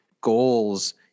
goals